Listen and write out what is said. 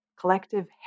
collective